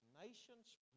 Nations